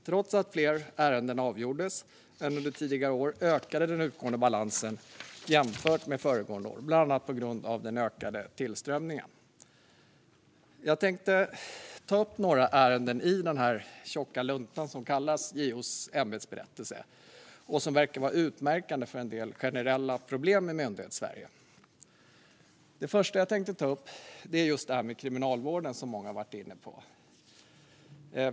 Trots att fler ärenden avgjordes än under tidigare år ökade den utgående balansen jämfört med föregående år, bland annat på grund av den ökade tillströmningen. Jag tänker ta upp några ärenden i den tjocka lunta som kallas JO:s ämbetsberättelse och som verkar utmärkande för en del generella problem i Myndighetssverige. Det första jag tänker ta upp är Kriminalvården, som många har varit inne på.